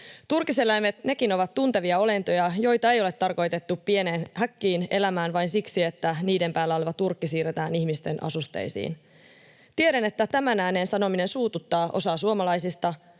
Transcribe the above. Turkiseläimetkin ovat tuntevia olentoja, joita ei ole tarkoitettu pieneen häkkiin elämään vain siksi, että niiden päällä oleva turkki siirretään ihmisten asusteisiin. Tiedän, että tämän ääneen sanominen suututtaa osaa suomalaisista.